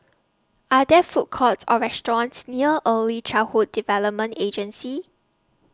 Are There Food Courts Or restaurants near Early Childhood Development Agency